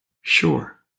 Sure